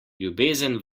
ljubezen